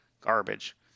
garbage